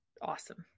awesome